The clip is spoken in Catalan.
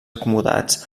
acomodats